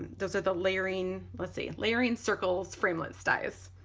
those are the layering, let's see, layering circles framelits dies.